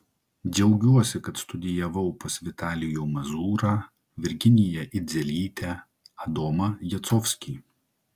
džiaugiuosi kad studijavau pas vitalijų mazūrą virginiją idzelytę adomą jacovskį